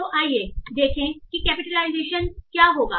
तो आइए देखें कि कैपिटलआईसेशन क्या होगा